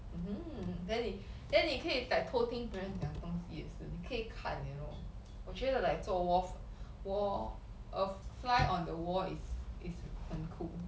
mmhmm then then 你可以 like 偷听别人讲东西也是你可以看 you know 我觉得 like 做 warf~ war earth fly on the wall is is 很 cool